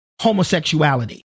homosexuality